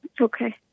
Okay